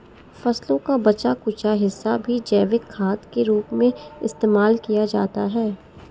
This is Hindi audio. फसलों का बचा कूचा हिस्सा भी जैविक खाद के रूप में इस्तेमाल किया जाता है